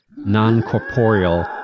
non-corporeal